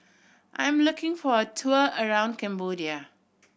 I'm looking for a tour around Cambodia